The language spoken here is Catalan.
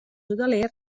hoteler